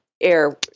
air